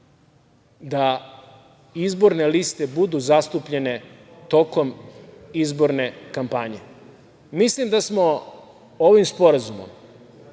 da izborne liste budu zastupljene tokom izborne kampanje. Mislim da smo ovim sporazumom,